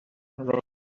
rocky